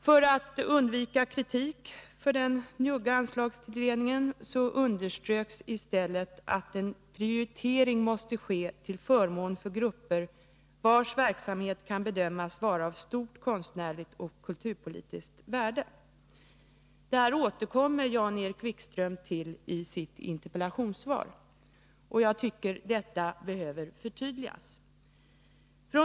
För att undvika kritik för den njugga anslagstilldelningen underströks i stället att en prioritering måste ske till förmån för grupper vilkas verksamhet kan bedömas vara av stort konstnärligt och kulturpolitiskt värde. Jan-Erik Wikström återkommer i sitt interpellationssvar till detta. Jag anser att det behövs ett förtydligande.